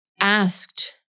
asked